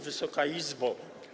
Wysoka Izbo!